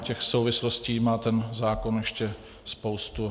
Těch souvislostí má ten zákon ještě spoustu.